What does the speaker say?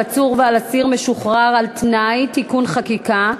עצור ועל אסיר משוחרר על-תנאי (תיקוני חקיקה),